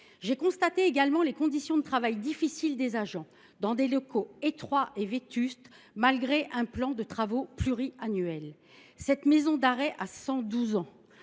ai constaté les conditions de travail difficiles des agents, qui exercent dans des locaux étroits et vétustes, malgré un plan de travaux pluriannuel. Cette maison d’arrêt a 112 ans